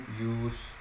use